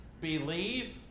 believe